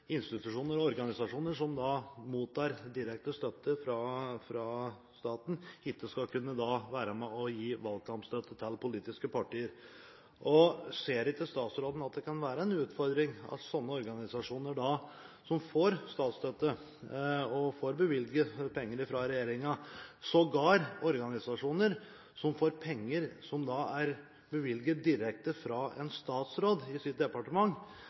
institusjoner og organisasjoner som mottar direkte støtte fra staten, ikke skal kunne være med og gi valgkampstøtte til politiske partier. Ser ikke statsråden at det kan være en utfordring at organisasjoner som får statsstøtte, får bevilget penger fra regjeringen – sågar penger som er bevilget direkte av en statsråd